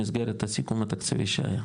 במסגרת הסיכום התקציבי שהיה.